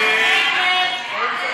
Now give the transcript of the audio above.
ההצעה